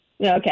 Okay